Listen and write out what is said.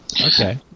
Okay